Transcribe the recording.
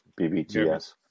BBTS